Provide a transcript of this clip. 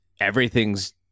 everything's